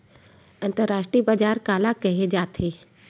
अंतरराष्ट्रीय बजार काला कहे जाथे?